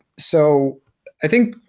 so i think,